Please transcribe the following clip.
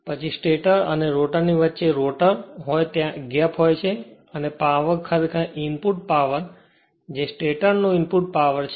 પછી સ્ટેટર અને રોટરની વચ્ચે રોટર હોય ત્યાં ગેપ હોય છે અને પાવર ખરેખર ઈન્પુટ પાવર જે સ્ટેટર નો ઈન્પુટપાવર છે